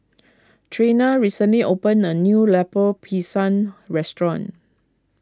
Treena recently opened a new Lemper Pisang Restaurant